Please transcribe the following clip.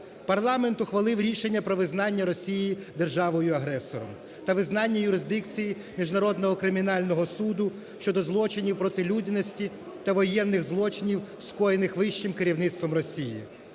Парламент ухвалив рішення про визнання Росії державою-агресором та визнання юрисдикції Міжнародного кримінального суду щодо злочинів проти людяності та воєнних злочинів скоєних вищим керівництвом Росії.